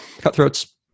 Cutthroats